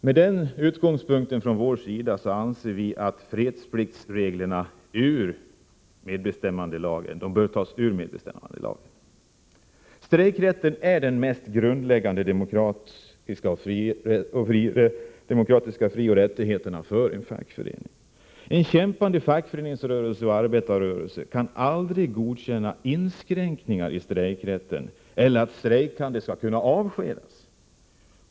Med den utgångspunkten från vår sida anser vi att fredspliktsreglerna bör tas bort ur medbestämmandelagen. Strejkrätten är den mest grundläggande demokratiska frioch rättigheten för en fackförening. En kämpande fackföreningsrörelse och arbetarrörelse kan aldrig godkänna inskränkningar i strejkrätten eller att strejkande skall kunna avskedas.